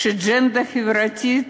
שהאג'נדה החברתית,